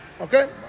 okay